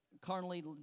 carnally